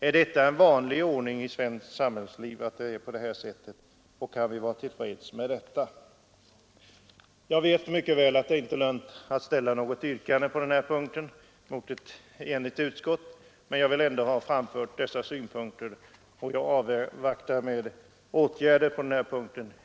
Är detta en vanlig ordning i svenskt beslutsfattande, och kan vi vara till freds med detta? Jag vet mycket väl att det inte lönar sig att ställa något yrkande på denna punkt mot ett enigt utskott, men jag har ändå velat framföra dessa synpunkter och emotser åtgärder i detta avseende.